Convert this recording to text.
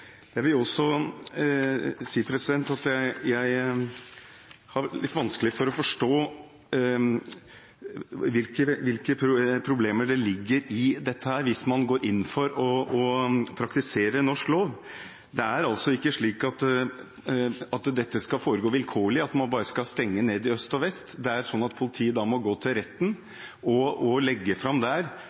Jeg vil også si at jeg har litt vanskelig for å forstå hvilke problemer som ligger i dette hvis man går inn for å praktisere norsk lov. Det er altså ikke slik at dette skal foregå vilkårlig, at man bare skal stenge ned i øst og vest. Det er slik at politiet da må gå til retten og der legge fram